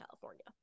California